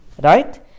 Right